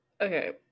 Okay